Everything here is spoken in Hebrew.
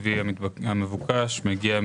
אם אתה לוקח, זה פוגע.